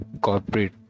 corporate